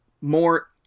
more